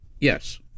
Yes